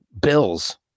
bills